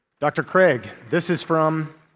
dr. craig, this is from